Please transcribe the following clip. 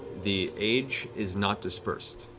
the age is not dispersed.